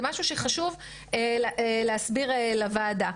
זה משהו שחשוב להסביר לוועדה.